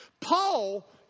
Paul